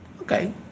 Okay